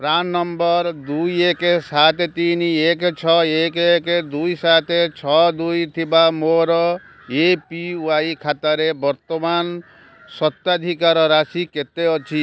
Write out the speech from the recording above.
PRAN number ଦୁଇ ଏକ ସାତ ତିନି ଏକ ଛଅ ଏକ ଏକ ଦୁଇ ସାତ ଛଅ ଦୁଇ ଥିବା ମୋର ଏ ପି ୱାଇ ଖାତାରେ ବର୍ତ୍ତମାନ ସ୍ୱତ୍ୱାଧିକାର ରାଶି କେତେ ଅଛି